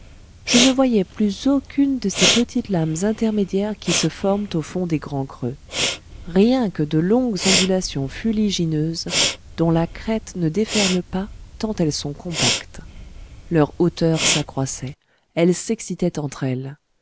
je ne voyais plus aucune de ces petites lames intermédiaires qui se forment au fond des grands creux rien que de longues ondulations fuligineuses dont la crête ne déferle pas tant elles sont compactes leur hauteur s'accroissait elles s'excitaient entre elles